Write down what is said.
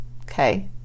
okay